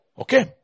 Okay